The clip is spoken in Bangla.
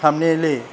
সামনে এলে